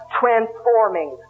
transforming